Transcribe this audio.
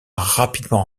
rapidement